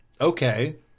Okay